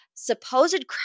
Supposed